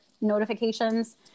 notifications